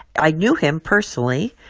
i knew him personally,